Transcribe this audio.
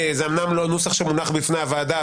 זה אומנם לא הנוסח שמונח בפני הוועדה,